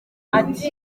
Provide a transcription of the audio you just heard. ati